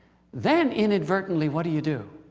then inadvertently what do you do?